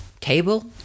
table